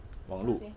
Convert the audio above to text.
网路